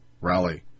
rally